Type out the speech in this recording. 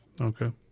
Okay